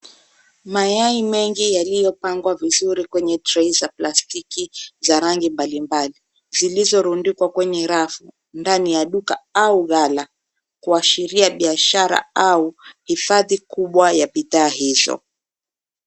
Mayai mengi yaliyopangwa vizuri kwenye trei za plastiki za rangi mbalimbali, zilizorundikwa kwenye rafu ndani ya duka au ghala kuashiria biashara au hifadhi ya bidhaa hizo.